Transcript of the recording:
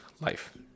life